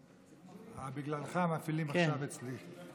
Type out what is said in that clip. אה, בגללך מפעילים עכשיו אצלי.